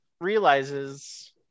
realizes